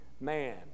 man